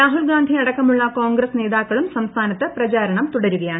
രാഹുൽ ഗാന്ധി അടക്കമുള്ള കോൺഗ്രസ് നേതാക്കളും സംസ്ഥാനത്ത് പ്രചാരണം തുടരുകയാണ്